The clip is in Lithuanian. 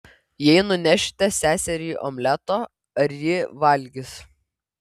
jei nunešite seseriai omleto ar ji valgys